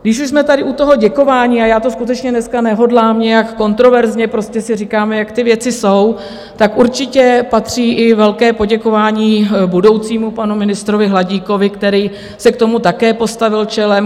Když už jsme tady u toho děkování a já to skutečně dneska nehodlám nijak kontroverzně, prostě si říkáme, jak ty věci určitě patří i velké poděkování budoucímu panu ministrovi Hladíkovi, který se k tomu také postavil čelem.